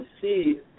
see